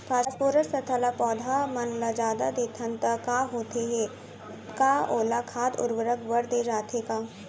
Phosphorus तथा ल पौधा मन ल जादा देथन त का होथे हे, का ओला खाद उर्वरक बर दे जाथे का?